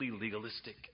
legalistic